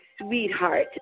sweetheart